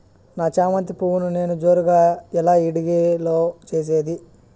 నా చామంతి పువ్వును నేను జోరుగా ఎలా ఇడిగే లో చేసేది?